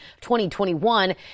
2021